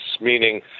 Meaning